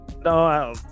No